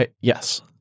Yes